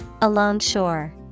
Alongshore